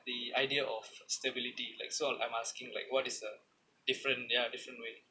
the idea of stability like so I'm asking like what is the different ya different way